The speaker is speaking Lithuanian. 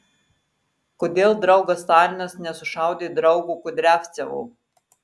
kodėl draugas stalinas nesušaudė draugo kudriavcevo